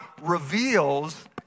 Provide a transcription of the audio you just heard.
reveals